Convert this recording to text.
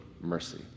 mercy